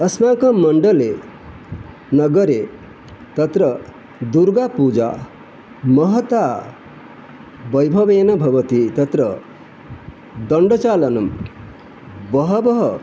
अस्माकं मण्डले नगरे तत्र दुर्गापूजा महता वैभवेन भवति तत्र दण्डचालनं बहवः